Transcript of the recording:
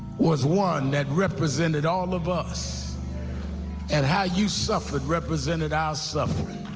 was one that represented all of us and how you suffered represented our suffering.